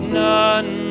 none